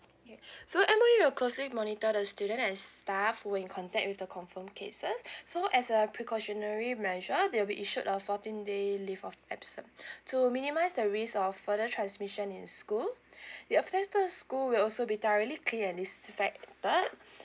okay so M_O_E will closely monitor the student and staff who were in contact with the confirmed cases so as a precautionary measure they'll be issued a fourteen day leave of absence to minimise the risk of further transmission in school the after the school will also be thoroughly cleaned and disinfected